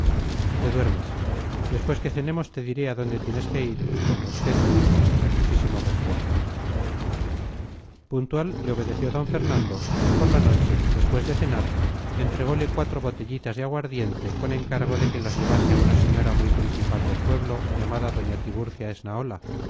te duermes después que cenemos te diré a dónde tienes que ir con respeto hijo con muchísimo respeto puntual le obedeció d fernando y por la noche después de cenar entregole cuatro botellitas de aguardiente con encargo de que las llevase a una señora muy principal del pueblo llamada doña tiburcia